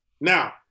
Now